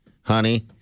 honey